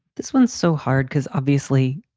this one's so hard because obviously,